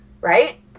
right